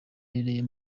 riherereye